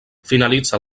finalitza